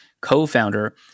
co-founder